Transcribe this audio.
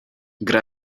gra